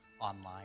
online